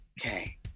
Okay